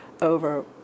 over